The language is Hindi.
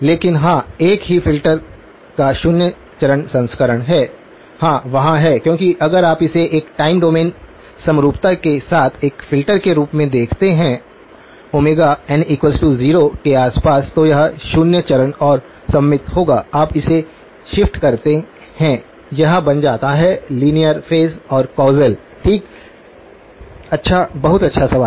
लेकिन हाँ एक ही फिल्टर का शून्य चरण संस्करण है हाँ वहाँ है क्योंकि अगर आप इसे एक टाइम डोमेन समरूपता के साथ एक फ़िल्टर के रूप में देखते हैं ओमेगा n 0 के आसपास तो यह शून्य चरण और सममित होगा आप इसे शिफ्ट करते हैं यह बन जाता है लीनियर फेज और कौसल ठीक अच्छा बहुत अच्छा सवाल